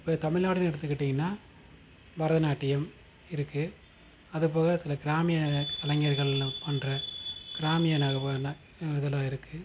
இப்போ தமிழ்நாடுனு எடுத்துக்கிட்டிங்கனால் பரதநாட்டியம் இருக்குது அதுபோக சில கிராமிய கலைஞர்கள் பண்ணுற கிராமிய இதெல்லாம் இருக்குது